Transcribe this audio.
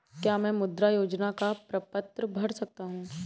क्या मैं मुद्रा योजना का प्रपत्र भर सकता हूँ?